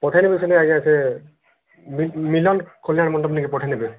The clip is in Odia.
ପଠେଇନେବେ ପଠେଇନେବେ ଆଜ୍ଞା ସେ ମିଲ ମିଲନ କଲ୍ୟାଣ ମଣ୍ଡପ ନେଇକି ପଠେଇନେବେ